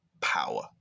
power